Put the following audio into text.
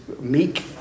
meek